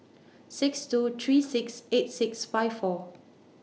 six two three six eight six five four